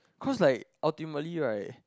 cause like ultimately right